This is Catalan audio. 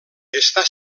està